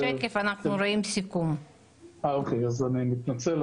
אני מתנצל,